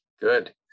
good